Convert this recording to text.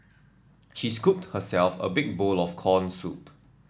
she scooped herself a big bowl of corn soup